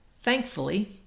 Thankfully